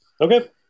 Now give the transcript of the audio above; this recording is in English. Okay